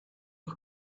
los